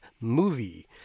movie